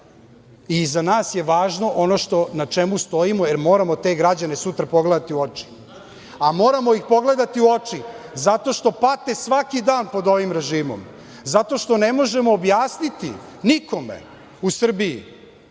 i za nas je važno ono na čemu stojimo, jer moramo te građane sutra pogledati u oči. Moramo ih pogledati u oči zato što pate svaki dan pod ovim režimo. Zato što ne možemo objasniti nikome u Srbiji